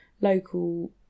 local